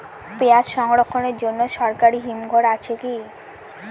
পিয়াজ সংরক্ষণের জন্য সরকারি হিমঘর আছে কি?